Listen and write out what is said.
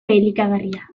elikagarria